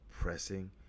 pressing